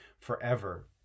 forever